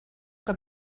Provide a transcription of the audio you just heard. que